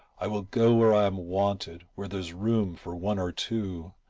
i will go where i am wanted, where there's room for one or two,